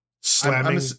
slamming